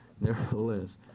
nevertheless